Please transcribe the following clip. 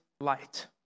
light